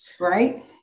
Right